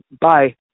Bye